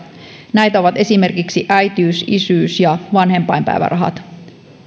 näitä ovat esimerkiksi äitiys isyys ja vanhempainpäivärahat